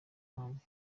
mpamvu